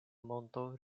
monto